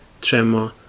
tremor